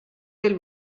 del